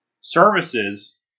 services